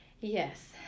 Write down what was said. Yes